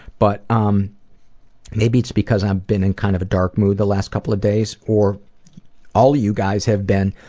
but um maybe its because i've been in kind of a dark mood the last couple of days or all you guys have been,